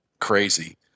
crazy